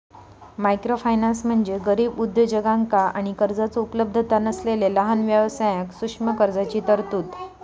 microfinance म्हणजे गरीब उद्योजकांका आणि कर्जाचो उपलब्धता नसलेला लहान व्यवसायांक सूक्ष्म कर्जाची तरतूद